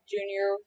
Junior